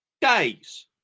days